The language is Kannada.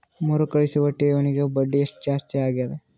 ಮರುಕಳಿಸುವ ಠೇವಣಿಗೆ ಬಡ್ಡಿ ಎಷ್ಟ ಜಾಸ್ತಿ ಆಗೆದ?